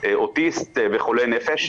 אוטיסט וחולה נפש,